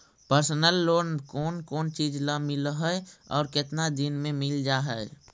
Personal loan कोन कोन चिज ल मिल है और केतना दिन में मिल जा है?